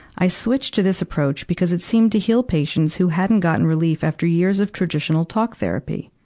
i switched to this approach because it seemed to heal patients who hadn't gotten relief after years of traditional talk therapy.